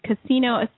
casino